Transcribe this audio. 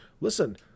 listen